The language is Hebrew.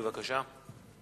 בבקשה.